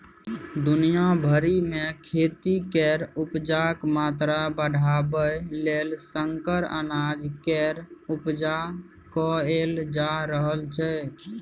दुनिया भरि मे खेती केर उपजाक मात्रा बढ़ाबय लेल संकर अनाज केर उपजा कएल जा रहल छै